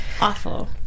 awful